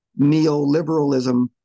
Neoliberalism